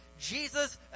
Jesus